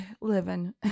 living